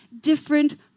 different